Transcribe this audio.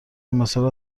مسائل